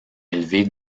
élevée